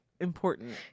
important